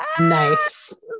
nice